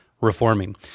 reforming